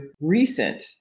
recent